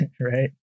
Right